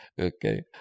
okay